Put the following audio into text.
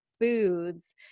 Foods